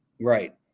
Right